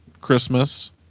Christmas